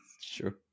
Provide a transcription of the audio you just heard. Sure